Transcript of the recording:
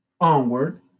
onward